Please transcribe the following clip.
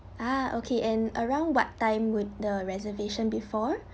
ah okay and around what time would the reservation be for